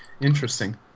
Interesting